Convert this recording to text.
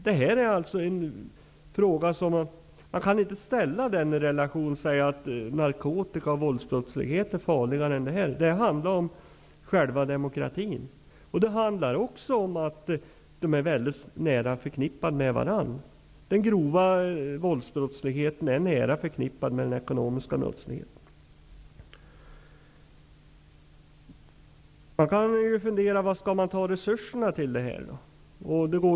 Den här frågan kan man inte ställa mot frågorna om narkotika och våldsbrottslighet och säga att narkotika och våldsbrotten är farligare än de ekonomiska. Det är själva demokratin som det handlar om. Det handlar även om att den grova våldsbrottsligheten och den ekonomiska brottsligheten är väldigt nära förknippade med varandra. Varifrån skall man ta resurser till det här, kan man fråga sig.